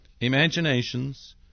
imaginations